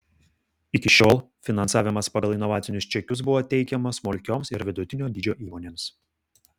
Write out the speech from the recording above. iki šiol finansavimas pagal inovacinius čekius buvo teikiamas smulkioms ir vidutinio dydžio įmonėms